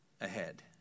ahead